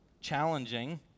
challenging